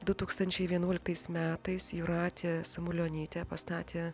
du tūkstančiai vienuoliktais metais jūratė samulionytė pastatė